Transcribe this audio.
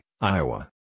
Iowa